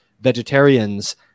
vegetarians